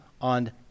on